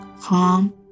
calm